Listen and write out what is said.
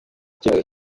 icyemezo